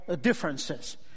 differences